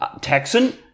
Texan